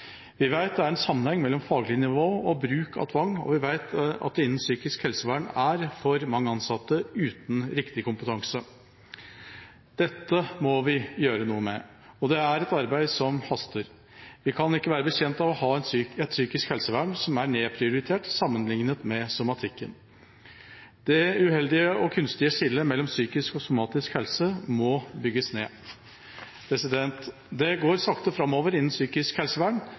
Vi vet det er en sammenheng mellom faglig nivå og bruk av tvang, og vi vet at det innen psykisk helsevern er for mange ansatte uten riktig kompetanse. Dette må vi gjøre noe med, og det er et arbeid som haster. Vi kan ikke være bekjent av å ha et psykisk helsevern som er nedprioritert sammenlignet med somatikken. Det uheldige og kunstige skillet mellom psykisk og somatisk helse må bygges ned. Det går sakte framover innen psykisk helsevern,